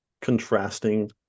contrasting